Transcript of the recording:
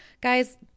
guys